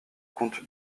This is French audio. comte